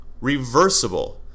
Reversible